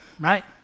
right